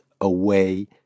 away